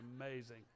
amazing